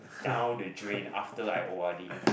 down the drain after I O_R_D